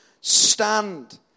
stand